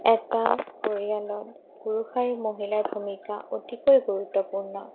এটা পৰিয়ালত পুৰুষ আৰু মহিলাৰ ভূমিকা অতিকৈ গুৰুত্বপূৰ্ণ